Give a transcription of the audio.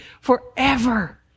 forever